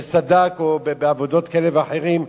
בעבודות כאלה ואחרות,